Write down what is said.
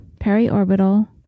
periorbital